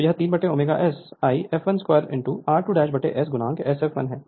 तो यह 3ω S I fl2 r2S Sfl हैSfl फुल लोड पर स्लिप है